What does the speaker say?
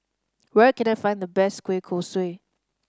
where can I find the best kueh kosui